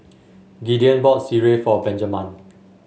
Gideon bought Sireh for Benjaman